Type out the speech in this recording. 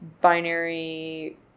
binary